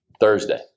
Thursday